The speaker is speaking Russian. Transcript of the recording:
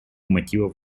мотивов